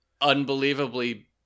unbelievably